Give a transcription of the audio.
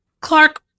Clark